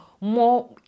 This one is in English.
more